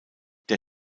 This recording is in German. der